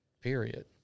Period